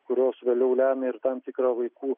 kurios vėliau lemia ir tam tikra vaikų